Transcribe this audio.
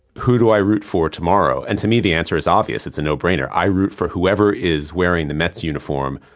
who do i root for tomorrow? and to me the answer is obvious, it's a no brainer, i root for whoever is wearing the mets uniform,